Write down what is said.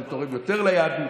אני תורם יותר ליהדות,